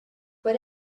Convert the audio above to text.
what